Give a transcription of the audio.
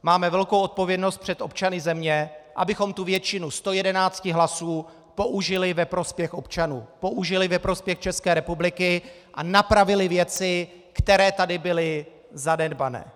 Máme velkou odpovědnost před občany země, abychom tu většinu 111 hlasů použili ve prospěch občanů, použili ve prospěch České republiky a napravili věci, které tady byly zanedbané.